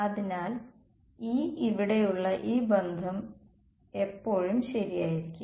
അതിനാൽ ഈ E ഇവിടെയുള്ള ഈ ബന്ധം എപ്പോഴും ശരിയായിരിക്കും